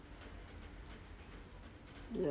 ya